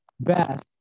best